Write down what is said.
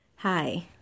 Hi